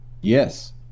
Yes